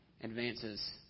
advances